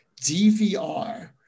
DVR